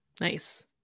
Nice